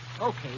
Okay